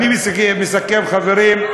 אני מסכם, חברים.